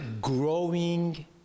growing